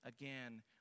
again